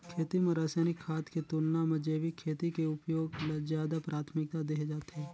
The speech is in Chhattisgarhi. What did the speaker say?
खेती म रसायनिक खाद के तुलना म जैविक खेती के उपयोग ल ज्यादा प्राथमिकता देहे जाथे